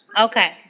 Okay